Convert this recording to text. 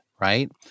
Right